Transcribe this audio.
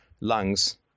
lungs